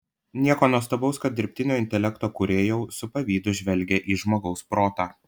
nieko nuostabaus kad dirbtinio intelekto kūrėjau su pavydu žvelgią į žmogaus protą